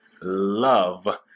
love